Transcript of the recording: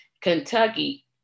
Kentucky